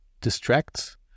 distracts